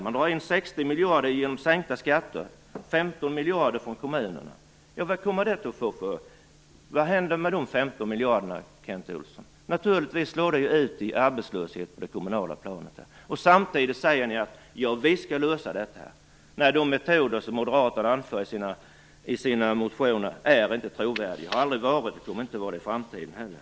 Man drar in 60 miljarder genom sänkta skatter, 15 miljarder från kommunerna. Vad händer med de 15 miljarderna, Kent Olsson? Naturligtvis slår det ut i arbetslöshet på det kommunala planet. Samtidigt säger ni att ni skall lösa detta, när de metoder som moderaterna anför i sina motioner inte är trovärdiga, aldrig har varit det och inte kommer att vara det i framtiden heller.